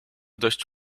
dość